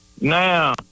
Now